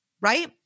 right